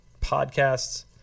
podcasts